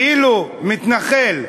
ואילו מתנחל,